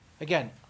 Again